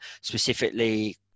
specifically